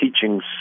teachings